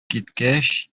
киткәч